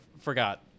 Forgot